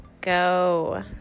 go